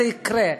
זה יקרה.